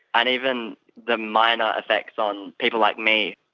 and even the minor effects on people like me,